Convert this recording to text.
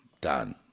done